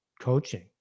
coaching